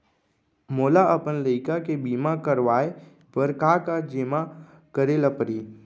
मोला अपन लइका के बीमा करवाए बर का का जेमा करे ल परही?